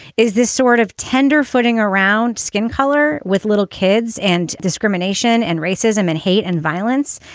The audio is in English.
is this sort of tender footing around skin color with little kids and discrimination and racism and hate and violence?